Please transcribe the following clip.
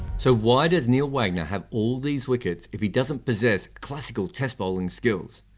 so why does neil wagner have all these wickets if he doesn't possess classical test bowling skills?